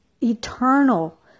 eternal